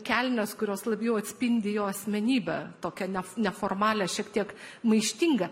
kelnes kurios labiau atspindi jo asmenybę tokią ne neformalią šiek tiek maištingą